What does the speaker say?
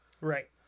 right